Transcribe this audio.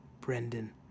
Brendan